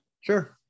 Sure